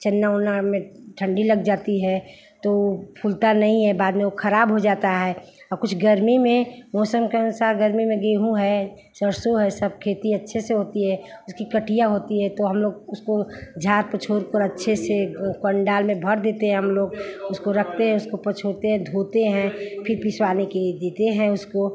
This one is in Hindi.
चना उना में ठण्डी लग जाती है तो वह फूलता नहीं है बाद में वह खराब हो जाता है और कुछ गर्मी में मौसम के अनुसार गर्मी में गेहूँ है सरसों है सब खेती अच्छे से होती है उसकी कटिया होती है तो हमलोग उसको झाड़ पछोड़कर अच्छे से कण्डाल में भर देते हैं हमलोग उसको रखते हैं उसको पछोते हैं धोते हैं फिर पिसवाने के लिए देते हैं उसको